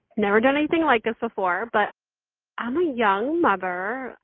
never done anything like this before, but i'm a young mother,